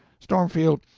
stormfield,